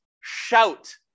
shout